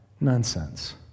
nonsense